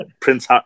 Prince